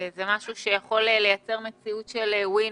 הם דברים שיכולים לייצר מציאות של win-win,